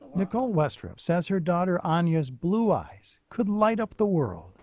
nicole westrup says her daughter um annya's blue eyes could light up the world.